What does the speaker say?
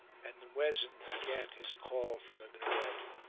and the muezzin began his call from the minaret,